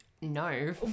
no